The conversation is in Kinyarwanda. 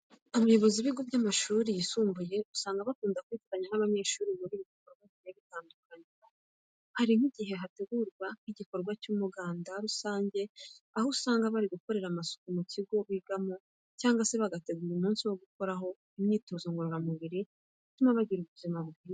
Abayobozi b'ibigo by'amashuri yisumbuye usanga bakunda kwifatanya n'abanyeshuri mu bikorwa bigiye bitandukanye. Hari nk'igihe hategurwa nk'igikorwa cy'umuganda rusange, aho usanga bari gukorera amasuku mu kigo bigamo cyangwa se bagategura umunsi wo gukoraho imyitozo ngororamubiri ituma bagira ubuzima bwiza.